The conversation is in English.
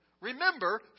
Remember